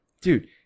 dude